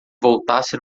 voltasse